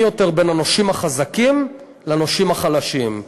יותר בין הנושים החזקים לנושים החלשים.